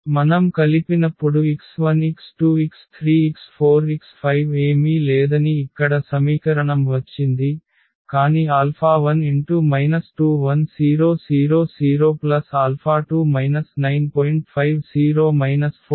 మనం కలిపినప్పుడు x1 x2 x3 x4 x5 ఏమీ లేదని ఇక్కడ సమీకరణం వచ్చింది కాని 1 2 1 0 0 0 2 9